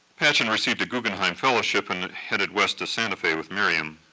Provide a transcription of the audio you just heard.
patchen received a guggenheim fellowship and headed west to santa fe with miriam,